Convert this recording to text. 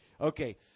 okay